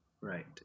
right